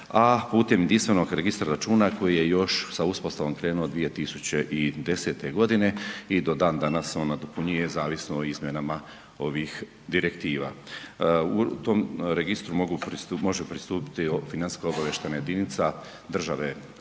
a putem jedinstvenog registra računa koji je još sa uspostavom krenuo 2010. godine i do dan danas on nadopunjuje zavisno o izmjenama ovih direktiva. U tom registru mogu pristupiti, može pristupiti financijska obavještajna jedinica države članice